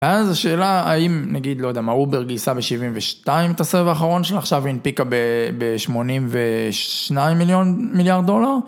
אז השאלה, האם נגיד, לא יודע, מה, אובר גייסה בשבעים ושתיים את הסבב האחרון שלה? עכשיו היא הנפיקה בשמונים ושניים מיליון מיליארד דולר?